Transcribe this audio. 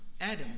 Adam